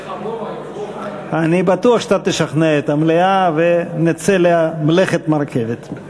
אני בטוח שאתה תשכנע את המליאה ונצא למלאכת מרכבת.